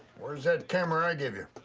where's that camera i gave you?